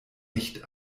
nicht